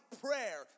prayer